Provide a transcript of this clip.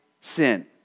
sin